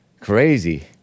Crazy